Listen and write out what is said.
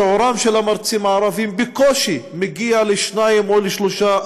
שיעורם של המרצים הערבים בקושי מגיע ל-2% או ל-3%,